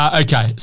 okay